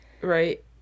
Right